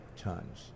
tons